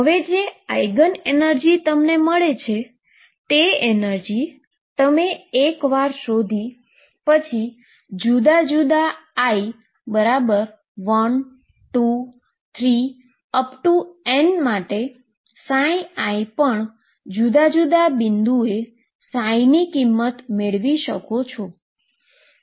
હવે જે eigen energy તમને મળે છે તે એનર્જી તમે એક વાર શોધી પછી તમે જુદા જુદા i1⋅⋅⋅⋅N માટે iપણ જુદા જુદા બિંદુએ ની દરેક બિંદુ માટે કિંમત મેળવી શકો છો